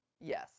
Yes